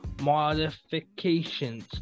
modifications